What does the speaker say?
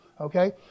Okay